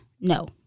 no